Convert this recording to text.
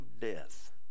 death